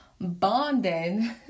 bonding